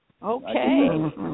Okay